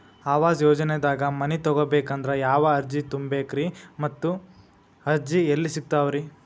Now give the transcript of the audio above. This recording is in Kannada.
ಆವಾಸ ಯೋಜನೆದಾಗ ಮನಿ ತೊಗೋಬೇಕಂದ್ರ ಯಾವ ಅರ್ಜಿ ತುಂಬೇಕ್ರಿ ಮತ್ತ ಅರ್ಜಿ ಎಲ್ಲಿ ಸಿಗತಾವ್ರಿ?